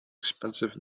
expensive